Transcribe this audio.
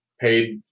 paid